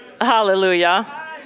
Hallelujah